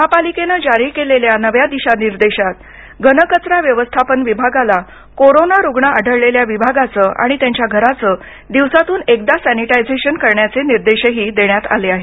महापालिकेनं जारी केलेल्या नव्या दिशानिर्देशात घनकचरा व्यवस्थापन विभागाला कोरोना रुग्ण आढळलेल्या विभागाचं आणि त्यांच्या घराचं दिवसातून एकदा सॅनिटायझेशन करण्याचे निर्देशही दिले आहेत